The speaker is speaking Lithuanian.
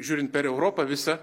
žiūrint per europą visą